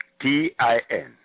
T-I-N